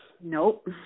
Nope